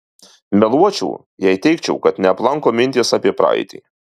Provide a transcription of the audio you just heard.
meluočiau jei teigčiau kad neaplanko mintys apie praeitį